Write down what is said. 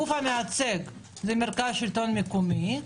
הגוף המייצג זה מרכז השלטון המקומי,